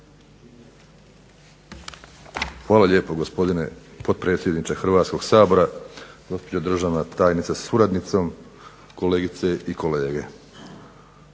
Hvala lijepa, gospodine potpredsjedniče Hrvatskoga sabora. Uvažena gospođo državna tajnice, kolegice i kolege,